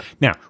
Now